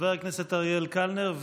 חבר הכנסת אריאל קלנר,